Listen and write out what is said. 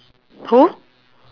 who